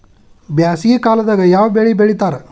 ಬ್ಯಾಸಗಿ ಕಾಲದಾಗ ಯಾವ ಬೆಳಿ ಬೆಳಿತಾರ?